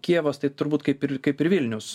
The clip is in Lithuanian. kijevas tai turbūt kaip ir kaip ir vilnius